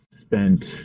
Spent